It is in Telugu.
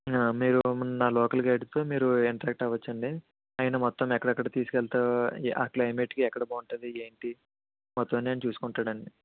మీరు నా లోకల్ గైడుతో మీరు ఇంట్రాక్ట్ అవ్వచ్చండి ఆయన మొత్తం ఎక్కడెక్కడ తీసుకెళ్తా క్లైమేట్కి ఎక్కడ బాగుంటుంది ఏంటి మొత్తం అన్నీ ఆయన చూసుకుంటాడండి